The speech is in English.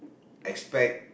expect